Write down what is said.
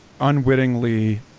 unwittingly